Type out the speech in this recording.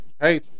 hey